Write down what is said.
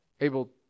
able